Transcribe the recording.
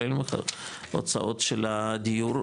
הוצאות של הדיור,